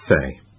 say